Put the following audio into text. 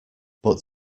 but